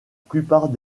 plupart